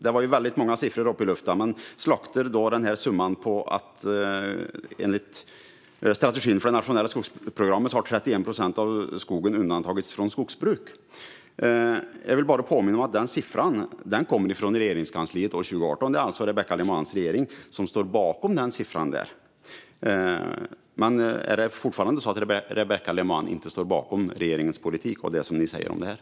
Det var många siffror i luften, men Rebecka Le Moine slaktar siffran i Strategi för Sveriges nationella skogsprogram om att 31 procent av skogen har undantagits från skogsbruk. Låt mig påminna om att denna siffra kom från Regeringskansliet 2018. Det är alltså Rebecka Le Moines regering som står bakom denna siffra. Står Rebecka Le Moine inte bakom regeringens politik i detta?